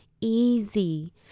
easy